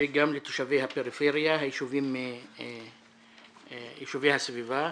וגם לתושבי הפריפריה, יישובי הסביבה.